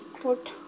put